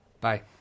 Bye